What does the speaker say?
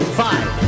five